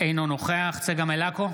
אינו נוכח צגה מלקו,